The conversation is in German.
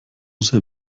sehr